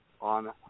on